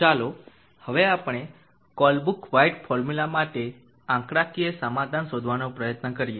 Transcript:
ચાલો હવે આપણે કોલબ્રુક વ્હાઇટ ફોર્મ્યુલા માટે આંકડાકીય સમાધાન શોધવાનો પ્રયત્ન કરીએ